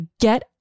get